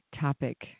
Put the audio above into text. topic